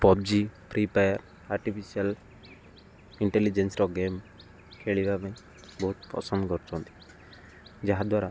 PUBG free fire artificial ଇଣ୍ଟେଲିଜେନ୍ସ୍ର game ଖେଳିବା ପାଇଁ ବହୁତ ପସନ୍ଦ କରୁଛନ୍ତି ଯାହାଦ୍ୱାରା